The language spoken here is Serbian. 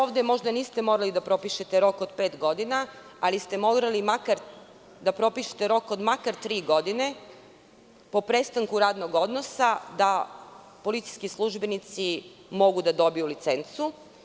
Ovde možda niste morali da propišete rok od pet godina, ali ste morali makar da propišete rok od makar tri godine po prestanku radnog odnosa da policijski službenici mogu da dobiju licencu.